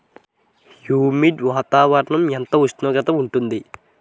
Humid వాతావరణం ఎంత ఉష్ణోగ్రత ఉంటుంది?